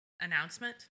announcement